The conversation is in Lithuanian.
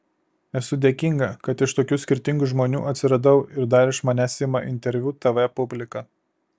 esu dėkinga kad iš tokių skirtingų žmonių atsiradau ir dar iš manęs ima interviu tv publika